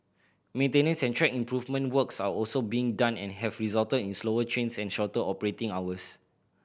maintenance and track improvement works are also being done and have resulted in slower trains and shorter operating hours